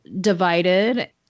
divided